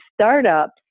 startups